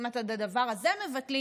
אם את הדבר הזה מבטלים,